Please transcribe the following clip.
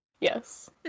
Yes